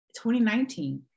2019